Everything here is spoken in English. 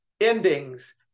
endings